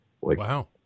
Wow